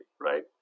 right